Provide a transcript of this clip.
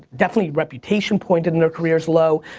definitely reputation point in their careers low.